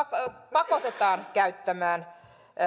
pakotetaan käyttämään